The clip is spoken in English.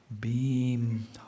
beam